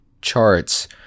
charts